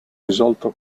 risolto